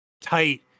tight